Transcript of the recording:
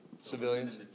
Civilians